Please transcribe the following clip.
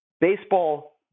baseball